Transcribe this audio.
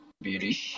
beauty